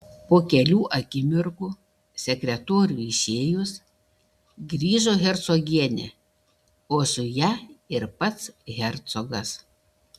po kelių akimirkų sekretoriui išėjus grįžo hercogienė o su ja ir pats hercogas